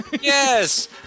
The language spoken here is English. Yes